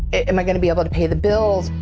am i gonna be able to pay the bills?